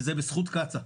וזה בזכות קצא"א,